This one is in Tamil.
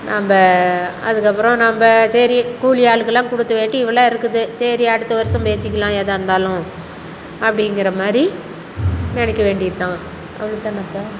நம்ம அதுக்கப்புறம் நம்ம சரி கூலி ஆளுக்கெல்லாம் கொடுத்தவேட்டி இவ்வளோ இருக்குது சரி அடுத்த வருடம் பேசிக்கலாம் எதாக இருந்தாலும் அப்படிங்கிற மாதிரி நினைக்க வேண்டியதுதான் அவ்வளோ தானேப்பா